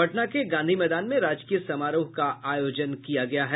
पटना के गांधी मैदान में राजकीय समारोह का आयोजन किया गया है